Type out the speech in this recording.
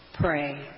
Pray